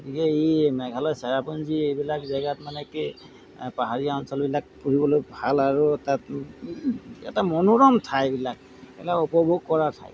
গতিকে এই মেঘালয় চেৰাপুঞ্জী এইবিলাক জেগাত মানে কি পাহাৰীয়া অঞ্চলবিলাক ফুৰিবলৈ ভাল আৰু তাত এটা মনোৰম ঠাই এইবিলাক উপভোগ কৰা ঠাই